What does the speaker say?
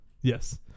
Yes